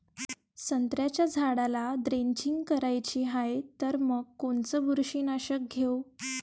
संत्र्याच्या झाडाला द्रेंचींग करायची हाये तर मग कोनच बुरशीनाशक घेऊ?